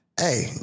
Hey